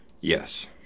yes